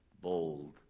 bold